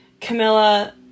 Camilla